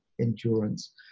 endurance